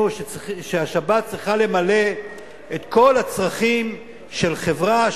שהשבת צריכה למלא את כל הצרכים של חברה,